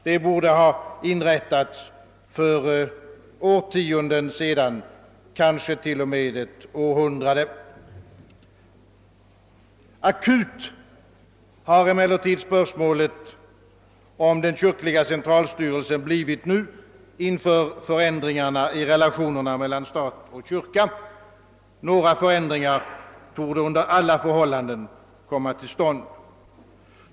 Det borde ha inrättats för årtionden sedan, kanske till och med för ett århundrade sedan. Akut har emellertid spörsmålet om den kyrkliga centralstyrelsen blivit nu inför förändringarna i relationerna mellan staten och kyrkan. Några förändringar torde under alla förhållanden komma till stånd.